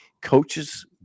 coaches